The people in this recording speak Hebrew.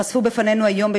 חשף בפנינו היום,